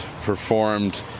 performed